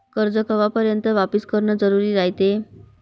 कर्ज कवापर्यंत वापिस करन जरुरी रायते?